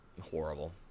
horrible